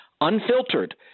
unfiltered